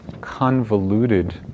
convoluted